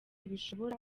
bishobora